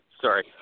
sorry